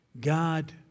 God